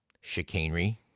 chicanery